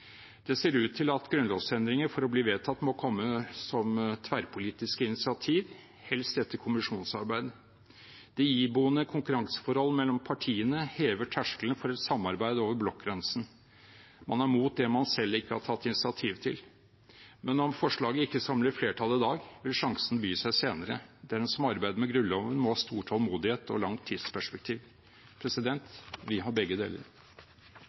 Det ser ut til at grunnlovsendringer for å bli vedtatt må komme som tverrpolitiske initiativ, helst etter kommisjonsarbeid. De iboende konkurranseforhold mellom partiene hever terskelen for et samarbeid over blokkgrensen. Man er imot det man selv ikke har tatt initiativ til. Men om forslaget ikke samler flertall i dag, vil sjansen by seg senere. Den som arbeider med Grunnloven, må ha stor tålmodighet og langt tidsperspektiv. Vi har begge deler.